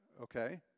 Okay